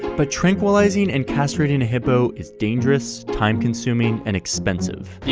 but tranquilizing and castrating a hippo is dangerous, time-consuming, and expensive.